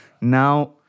now